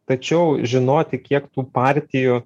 tačiau žinoti kiek tų partijų